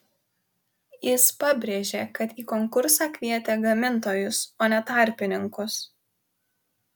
jis pabrėžė kad į konkursą kvietė gamintojus o ne tarpininkus